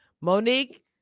Monique